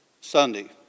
Sunday